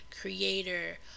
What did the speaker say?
creator